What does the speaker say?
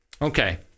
Okay